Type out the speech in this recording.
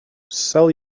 sell